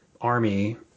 army